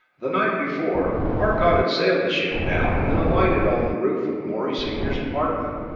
the night before, arcot had sailed the ship down and alighted on the roof of morey senior's apartment,